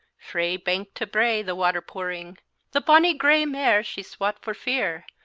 frae bank to brae the water pouring the bonny grey mare she swat for fear,